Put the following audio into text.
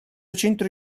centro